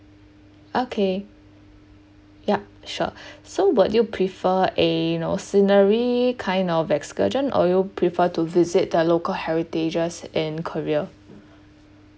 okay yup sure so would you prefer a you know scenery kind of excursion or you prefer to visit the local heritages and career